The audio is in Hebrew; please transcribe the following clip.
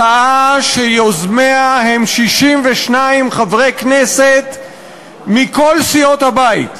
הצעה שיוזמיה הם 62 חברי כנסת מכל סיעות הבית,